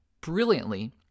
brilliantly